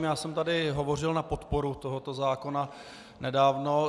Já jsem tady hovořil na podporu tohoto zákona nedávno.